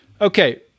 Okay